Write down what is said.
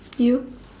you